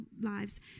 lives